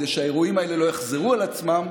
כדי שהאירועים האלה לא יחזרו על עצמם,